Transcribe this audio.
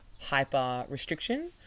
hyper-restriction